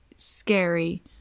scary